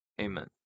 Amen